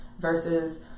versus